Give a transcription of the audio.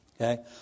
Okay